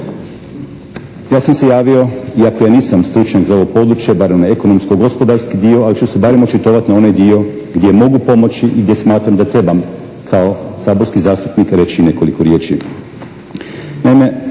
Ja sam se javio iako ja nisam stručnjak za ovo područje barem ne ekonomsko-gospodarski dio ali ću se barem očitovati na onaj dio gdje mogu pomoći i gdje smatram da trebam kao saborski zastupnik reći nekoliko riječi.